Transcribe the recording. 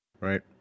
Right